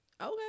Okay